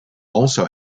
also